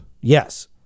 Yes